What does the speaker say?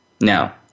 Now